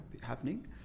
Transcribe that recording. happening